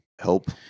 Help